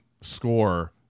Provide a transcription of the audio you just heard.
score